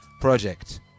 Project